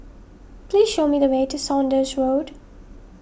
please show me the way to Saunders Road